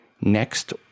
Next